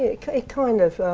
it it kind of,